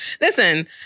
listen